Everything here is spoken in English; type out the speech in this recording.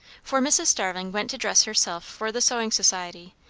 for mrs. starling went to dress herself for the sewing society,